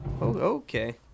okay